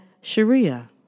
Sharia